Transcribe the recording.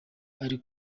ari